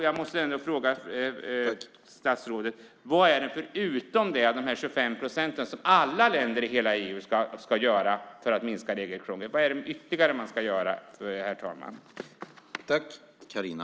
Jag måste fråga statsrådet: Vad är det förutom det som alla länder i hela EU ska göra, de 25 procenten, för att minska regelkrånglet? Vad är det ytterligare man ska göra?